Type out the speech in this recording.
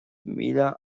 míle